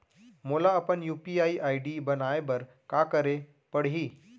मोला अपन UPI ID बनाए बर का करे पड़ही?